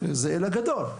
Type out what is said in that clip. זה "אלא" גדול,